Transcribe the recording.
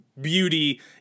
beauty